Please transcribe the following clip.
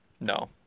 no